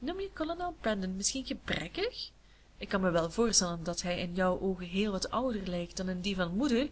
noem je kolonel brandon misschien gebrekkig ik kan me wel voorstellen dat hij in jouw oogen heel wat ouder lijkt dan in die van moeder